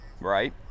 Right